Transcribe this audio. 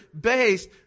based